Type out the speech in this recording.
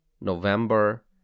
November